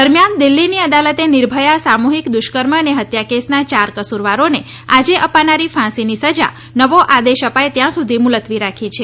દરમ્યાન દિલ્ફીની અદાલતે નિર્ભથા સામુહિક દુષ્કર્મ અને હત્યા કેસના ચાર કસૂરવારોને આજે અપાનારી ફાંસીની સજા નવો આદેશ અપાય ત્યાં સુધી મુલતવી રાખી છે